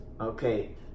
Okay